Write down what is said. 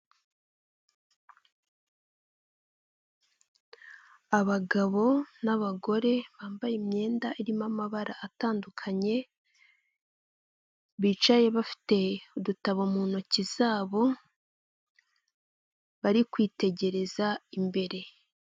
Abagabo n'abagore bambaye imyenda irimo amabara atandukanye bicaye, bafite udutabo mu ntoki zabo bari kwitegereza imbere